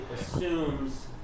assumes